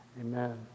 Amen